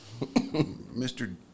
Mr